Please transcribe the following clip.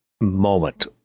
moment